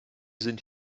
sind